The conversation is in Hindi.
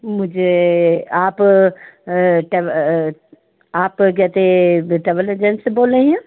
मुझे आप आप कहते यह ट्रैवल एजेन्स बोल रही हैं